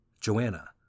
Joanna